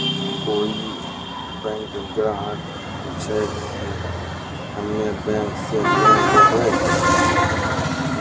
कोई बैंक ग्राहक पुछेब की हम्मे बैंक से लोन लेबऽ?